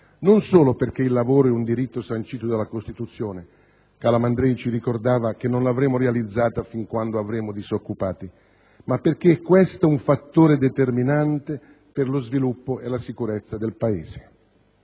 non solo perché il lavoro è un diritto sancito dalla Costituzione (Calamandrei ci ricordava che non l'avremo realizzato fin quando avremo disoccupati) ma perché rappresenta un fattore determinante per lo sviluppo e la sicurezza del Paese.